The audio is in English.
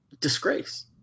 disgrace